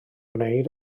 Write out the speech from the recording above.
gwneud